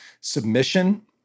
submission